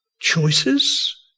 choices